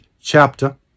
chapter